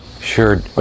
sure